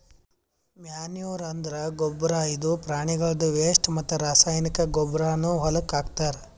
manure ಅಂದ್ರ ಗೊಬ್ಬರ್ ಇದು ಪ್ರಾಣಿಗಳ್ದು ವೆಸ್ಟ್ ಮತ್ತ್ ರಾಸಾಯನಿಕ್ ಗೊಬ್ಬರ್ನು ಹೊಲಕ್ಕ್ ಹಾಕ್ತಾರ್